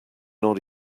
not